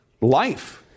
life